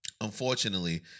unfortunately